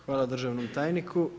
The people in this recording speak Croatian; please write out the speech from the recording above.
Hvala državnom tajniku.